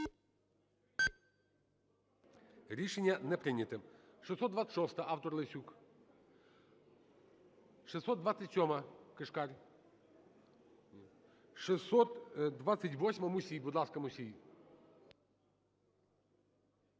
Рішення не прийнято.